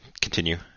continue